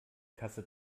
kasse